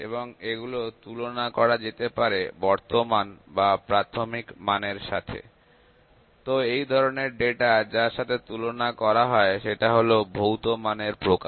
এবং এগুলো তুলনা করা যেতে পারে বর্তমান বা প্রাথমিক মানের সাথে তো ওই ধরনের ডাটা যার সাথে তুলনা করা হয় সেটা হল ভৌতো মানের প্রকার